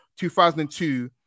2002